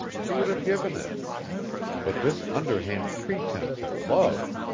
she would have given it but this underhand pretence at love!